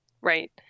Right